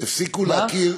לא הבנתי.